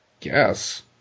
Yes